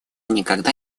никогда